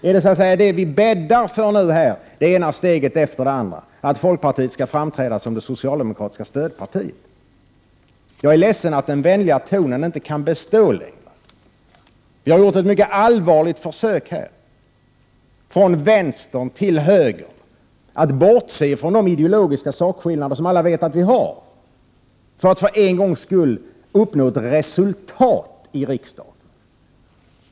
Är det ni bäddar för i det ena steget efter det andra att folkpartiet skall framträda som socialdemokraternas stödparti? Jag är ledsen att den vänliga tonen inte kan bestå längre. Vi har gjort ett mycket allvarligt försök, från vänstern till högern, att bortse från de ideologiska sakskillnader som alla vet att vi har, för att för en gångs skull uppnå ett resultat här i riksdagen.